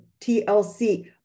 TLC